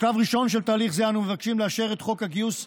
בשלב הראשון של תהליך זה אנו מבקשים לאשר את חוק הגיוס הנוכחי.